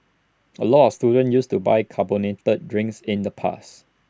A lot of students used to buy carbonated drinks in the past